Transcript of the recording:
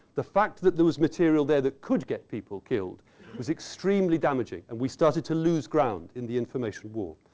the fact that there was material there that could get people killed was extremely damaging. and we started to lose ground in the information war.